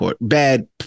bad